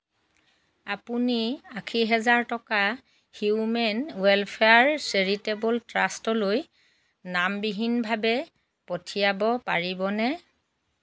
আপুনি আশী হাজাৰ টকা হিউমেন ৱেলফেয়াৰ চেৰিটেবল ট্ৰাষ্টলৈ নামবিহীনভাৱে পঠিয়াব পাৰিবনে